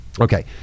Okay